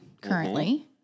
currently